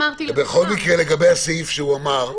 לגבי הסעיף שהוא אמר,